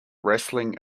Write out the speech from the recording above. wrestling